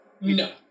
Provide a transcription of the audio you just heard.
No